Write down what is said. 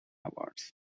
awards